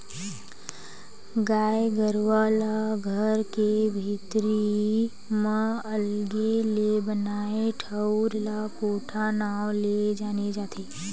गाय गरुवा ला घर के भीतरी म अलगे ले बनाए ठउर ला कोठा नांव ले जाने जाथे